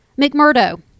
mcmurdo